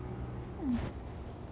mm